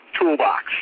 toolbox